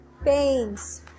pains